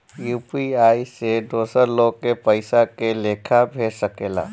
UPI से दोसर लोग के पइसा के लेखा भेज सकेला?